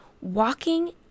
walking